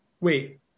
Wait